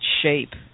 shape